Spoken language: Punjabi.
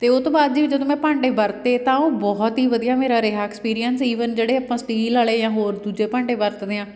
ਅਤੇ ਉਹ ਤੋਂ ਬਾਅਦ ਜੀ ਜਦੋਂ ਮੈਂ ਭਾਂਡੇ ਵਰਤੇ ਤਾਂ ਉਹ ਬਹੁਤ ਹੀ ਵਧੀਆ ਮੇਰਾ ਰਿਹਾ ਐਕਸਪੀਰੀਅੰਸ ਈਵਨ ਜਿਹੜੇ ਆਪਾਂ ਸਟੀਲ ਵਾਲੇ ਜਾਂ ਹੋਰ ਦੂਜੇ ਭਾਂਡੇ ਵਰਤਦੇ ਹਾਂ